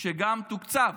שגם תוקצב